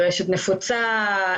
טרשת נפוצה,